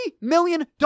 million